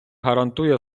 гарантує